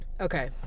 okay